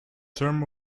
term